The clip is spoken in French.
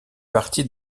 partie